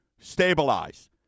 stabilize